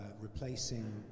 replacing